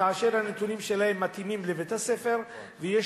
כאשר הנתונים שלה מתאימים לבית-הספר ויש